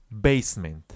Basement